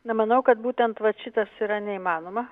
na manau kad būtent vat šitas yra neįmanoma